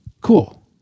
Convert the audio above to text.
cool